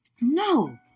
No